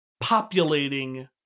populating